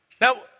Now